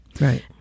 Right